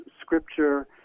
scripture